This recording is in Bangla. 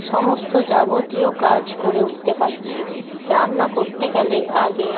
সমস্ত যাবতীয় কাজ করে উঠতে পাচ্ছি রান্না করতে গ্যালে আগে